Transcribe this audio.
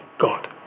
God